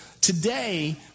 today